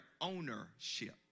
ownership